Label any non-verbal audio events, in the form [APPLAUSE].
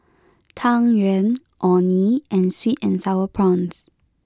[NOISE] Tang Yuen Orh Nee and Sweet and Sour Prawns